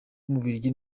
w’umubiligi